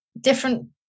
different